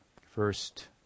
first